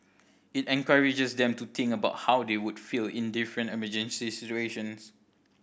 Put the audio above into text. it encourages them to think about how they would feel in different emergency situations